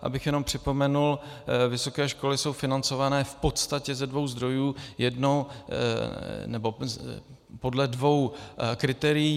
Abych jenom připomenul, vysoké školy jsou financované v podstatě ze dvou zdrojů, nebo podle dvou kritérií.